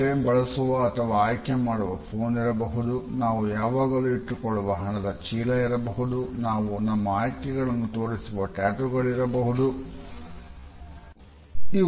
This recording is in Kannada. ನಾವು ಹಾಕುವ ಬಟ್ಟೆ ಬಳಸುವ ಅಥವಾ ಆಯ್ಕೆ ಮಾಡುವ ಫೋನ್ ಇರಬಹುದು ನಾವು ಯಾವಾಗಲು ಇಟ್ಟುಕೊಳ್ಳುವ ಹಣದ ಚೀಲ ಇರಬಹುದು ನಾವು ನಮ್ಮಆಯ್ಕೆಗಳನ್ನುತೋರಿಸುವ ಟ್ಯಾಟೊ ಗಳುಇರಬಹುದು ಅಥವಾ ನಮ್ಮ ಭಾವನೆಗಳನ್ನು ತೋರಿಸುವ ಕೆಲಸುಗಳುಇರಬಹುದು